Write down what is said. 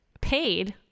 paid